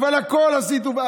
אבל הכול עשיתם,